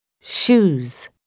shoes